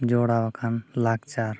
ᱡᱚᱲᱟᱣᱟᱠᱟᱱ ᱞᱟᱠᱪᱟᱨ